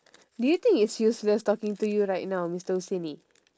do you think it's useless talking to you right now mister husaini